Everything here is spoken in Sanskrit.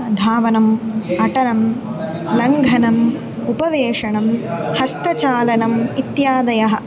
धावनम् अटनं लङ्घनम् उपवेशनं हस्तचालनम् इत्यादयः